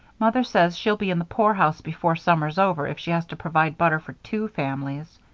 mother says she'll be in the poorhouse before summer's over if she has to provide butter for two families.